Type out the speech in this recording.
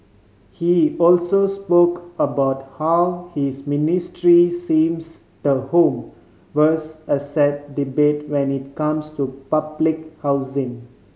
he also spoke about how his ministry seems the home versus asset debate when it comes to public housing